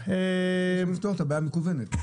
צריך לפתור את הבעיה המקוונת.